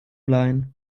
leihen